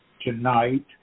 tonight